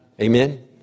Amen